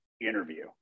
interview